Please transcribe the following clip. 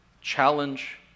challenge